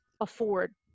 afford